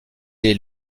est